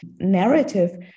narrative